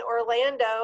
Orlando